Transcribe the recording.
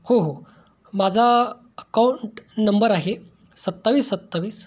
हो हो माझा अकाऊंट नंबर आहे सत्तावीस सत्तावीस